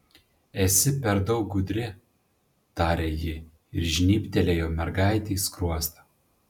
esi per daug gudri tarė ji ir žnybtelėjo mergaitei skruostą